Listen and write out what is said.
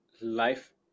Life